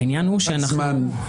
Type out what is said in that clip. העניין הוא שאנחנו -- כמה זמן?